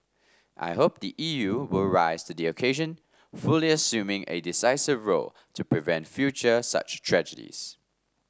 I hope the E U will rise to the occasion fully assuming a decisive role to prevent future such tragedies